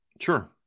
Sure